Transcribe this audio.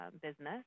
business